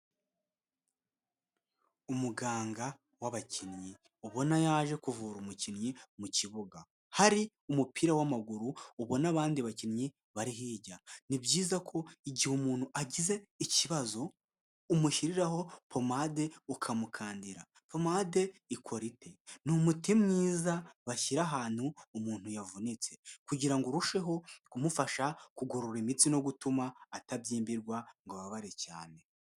Umuganga w'abakinnyi ubona yaje kuvura umukinnyi mu kibuga, hari umupira w'amaguru ubona abandi bakinnyi bari hirya. Ni byiza ko igihe umuntu agize ikibazo umushyiriraho pomade ukamukandira. Pomade ikora ite? Ni umuti mwiza bashyira ahantu umuntu yavunitse kugira ngo urusheho kumufasha kugorora imitsi no gutuma atabyimbirwa ngo ababare cyane.